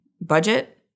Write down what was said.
budget